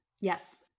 Yes